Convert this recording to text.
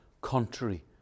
contrary